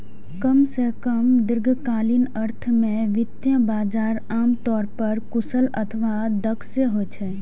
कम सं कम दीर्घकालीन अर्थ मे वित्तीय बाजार आम तौर पर कुशल अथवा दक्ष होइ छै